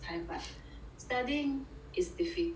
studying is difficult